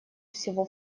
всего